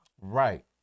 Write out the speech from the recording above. Right